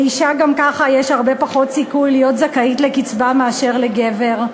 לאישה גם ככה יש הרבה פחות סיכוי להיות זכאית לקצבה מאשר לגבר,